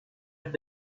have